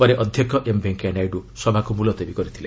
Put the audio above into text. ପରେ ଅଧ୍ୟକ୍ଷ ଏମ୍ ଭେଙ୍କିୟା ନାଇଡୁ ସଭାକୁ ମୁଲତବୀ କରିଥିଲେ